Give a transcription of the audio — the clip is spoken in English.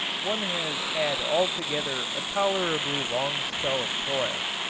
one has had altogether a tolerably long spell of toil.